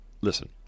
listen